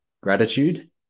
gratitude